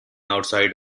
outside